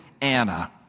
Anna